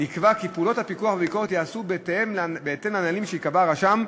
נקבע כי פעולות הפיקוח והביקורת ייעשו בהתאם לנהלים שיקבע הרשם,